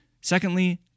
Secondly